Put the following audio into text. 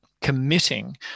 committing